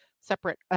separate